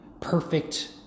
Perfect